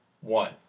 one